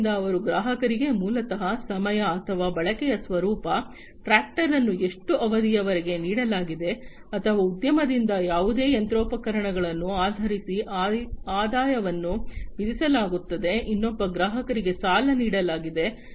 ಆದ್ದರಿಂದ ಅವರ ಗ್ರಾಹಕರಿಗೆ ಮೂಲತಃ ಸಮಯ ಅಥವಾ ಬಳಕೆಯ ಸ್ವರೂಪ ಟ್ರಾಕ್ಟರ್ ಅನ್ನು ಎಷ್ಟು ಅವಧಿಯವರೆಗೆ ನೀಡಲಾಗಿದೆ ಅಥವಾ ಉದ್ಯಮದಿಂದ ಯಾವುದೇ ಯಂತ್ರೋಪಕರಣಗಳನ್ನು ಆಧರಿಸಿ ಆದಾಯವನ್ನು ವಿಧಿಸಲಾಗುತ್ತದೆ ಇನ್ನೊಬ್ಬ ಗ್ರಾಹಕರಿಗೆ ಸಾಲ ನೀಡಲಾಗಿದೆ